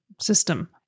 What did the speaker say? system